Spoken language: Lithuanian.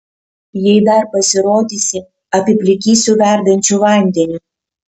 jei dar pasirodysi apiplikysiu verdančiu vandeniu